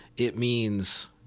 it means,